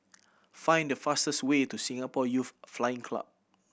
find the fastest way to Singapore Youth Flying Club